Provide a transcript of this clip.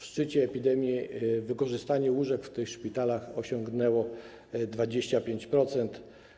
W szczycie epidemii wykorzystanie łóżek w tych szpitalach osiągnęło 25%.